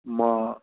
म